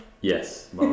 Yes